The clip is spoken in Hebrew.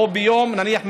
נניח,